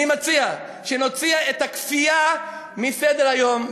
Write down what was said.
אני מציע שנוציא את הכפייה מסדר-היום,